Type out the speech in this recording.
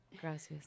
Gracias